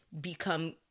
become